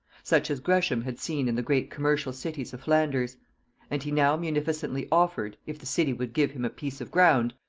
such as gresham had seen in the great commercial cities of flanders and he now munificently offered, if the city would give him a piece of ground,